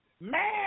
Man